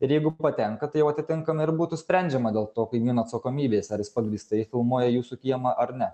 ir jeigu patenkat tai jau atitinkamai ir būtų sprendžiama dėl to kaimyno atsakomybės ar jis pagrįstai filmuoja jūsų kiemą ar ne